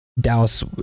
dallas